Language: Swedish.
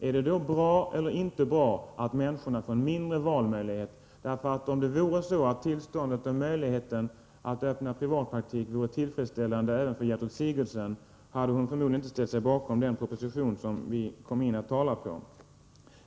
Är det då bra eller inte att människor får mindre valmöjligheter? Om det vore så att möjligheten att öppna privatpraktik vore tillfredsställande även enligt Gertrud Sigurdsens uppfattning, hade hon förmodligen inte ställt sig bakom den proposition som vi kom att tala om.